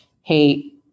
Hey